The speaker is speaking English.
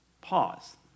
Pause